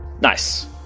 Nice